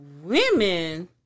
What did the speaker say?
Women